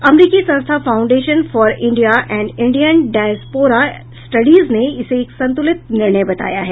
अमरीकी संस्था foundation for India and Indian diaspora studies ने इसे एक संतुलित निर्णय बताया है